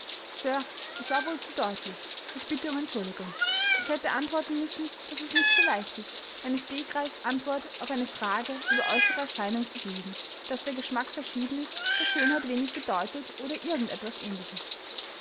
ich war wohl zu deutlich ich bitte um entschuldigung ich hätte antworten müssen daß es nicht so leicht ist eine stegreif antwort auf eine frage über äußere erscheinung zu geben daß der geschmack verschieden ist daß schönheit wenig bedeutet oder irgend etwas ähnliches